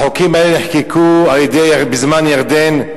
החוקים האלה נחקקו בזמן ירדן,